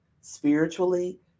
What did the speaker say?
spiritually